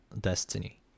destiny